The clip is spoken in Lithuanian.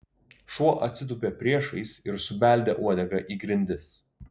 šuo atsitūpė priešais ir subeldė uodega į grindis